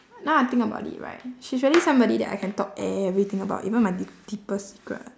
now I think about it right she's really somebody that I can talk everything about even my deep~ deepest secret